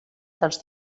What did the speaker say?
dels